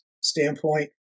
standpoint